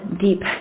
deep